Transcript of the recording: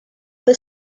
the